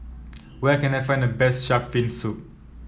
where can I find the best shark's fin soup